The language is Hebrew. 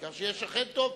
העיקר שיהיה שכן טוב,